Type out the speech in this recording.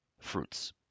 fruits